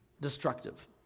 destructive